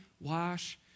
wash